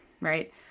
Right